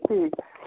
ठीक ऐ